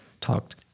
talked—